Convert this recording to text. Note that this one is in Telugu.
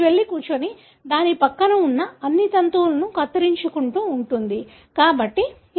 ఇది వెళ్లి కూర్చుని దాని పక్కన ఉన్న అన్ని తంతువులను కత్తిరించుకుంటూ ఉంటుంది